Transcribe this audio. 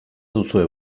duzue